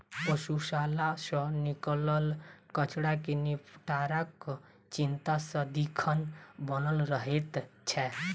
पशुशाला सॅ निकलल कचड़ा के निपटाराक चिंता सदिखन बनल रहैत छै